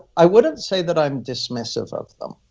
i wouldn't say that i'm dismissive of them.